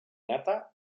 nata